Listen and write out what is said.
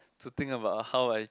to think about how I